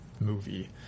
movie